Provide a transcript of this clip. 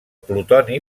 plutoni